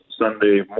Sunday